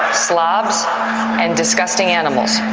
ah slobs and disgusting animals.